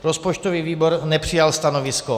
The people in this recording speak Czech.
Rozpočtový výbor nepřijal stanovisko.